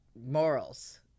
morals